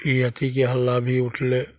की अथीके हल्ला भी उठलय